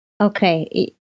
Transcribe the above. Okay